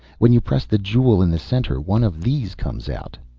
when you press the jewel in the center one of these comes out.